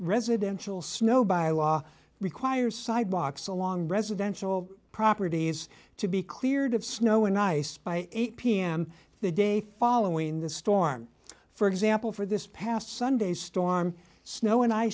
residential snow by law requires sidewalks along residential properties to be cleared of snow and ice by eight pm the day following the storm for example for this past sunday storm snow